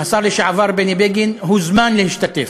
שהשר לשעבר בני בגין הוזמן להשתתף.